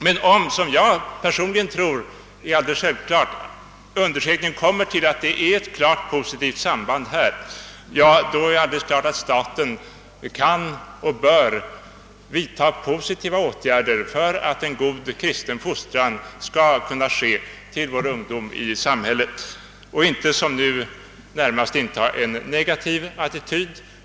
Men om — vilket jag anser vara alldeles självklart — en undersökning visar att det finns ett klart positivt samband i detta fall, så är det givet att staten kan och bör vidta åtgärder för att en god kristen fostran förmedlas till vår ungdom och inte som nu närmast inta en negativ attityd.